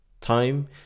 Time